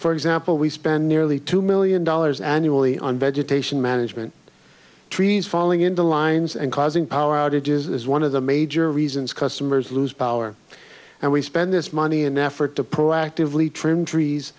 for example we spend nearly two million dollars annually on vegetation management trees falling into lines and causing power outages is one of the major reasons customers lose power and we spend this money and effort to proactively trim trees